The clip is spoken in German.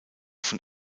von